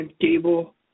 Gable